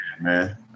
man